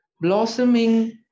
blossoming